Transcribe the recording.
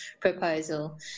proposal